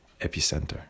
epicenter